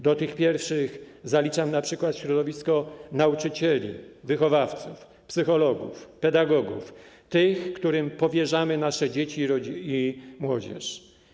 Do tych pierwszych zaliczam np. środowisko nauczycieli, wychowawców, psychologów, pedagogów, tych, którym powierzamy nasze dzieci i młodzież.